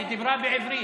עאידה, היא דיברה בעברית.